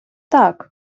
так